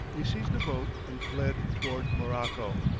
they seized a boat and fled towards morocco.